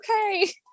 okay